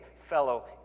fellow